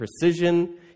precision